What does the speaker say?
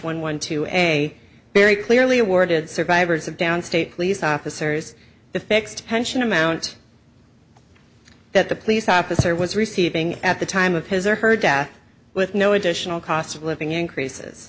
one one two a very clearly awarded survivors of downstate police officers the fixed pension amount that the police officer was receiving at the time of his or her death with no additional cost of living increases